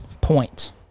point